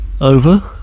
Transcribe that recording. Over